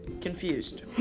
Confused